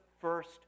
first